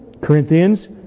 Corinthians